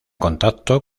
contacto